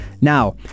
now